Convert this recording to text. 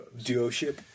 Duoship